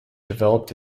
developed